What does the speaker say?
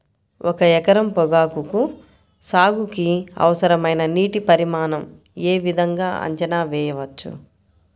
ఒక ఎకరం పొగాకు సాగుకి అవసరమైన నీటి పరిమాణం యే విధంగా అంచనా వేయవచ్చు?